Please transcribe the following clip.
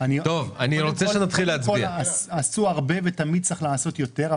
קודם כל עשו הרבה ותמיד צריך לעשות יותר,